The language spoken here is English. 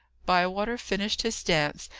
bywater finished his dance,